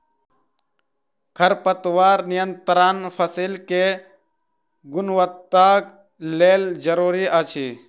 खरपतवार नियंत्रण फसील के गुणवत्ताक लेल जरूरी अछि